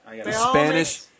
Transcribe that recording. Spanish